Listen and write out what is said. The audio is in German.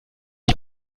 ich